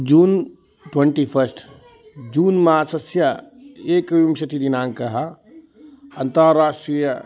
June twenty first June मासस्य एकविंशतिदिनाङ्कः अन्ताराष्ट्रीय